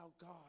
God